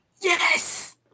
Yes